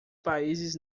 países